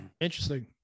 Interesting